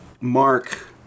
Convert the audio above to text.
Mark